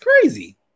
crazy